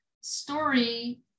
story